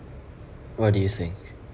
what do you think